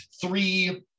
three